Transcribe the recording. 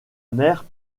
mère